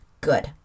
good